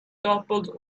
toppled